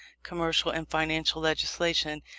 commercial and financial legislation,